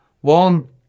One